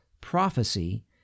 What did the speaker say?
prophecy